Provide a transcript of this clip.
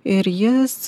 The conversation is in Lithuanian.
ir jis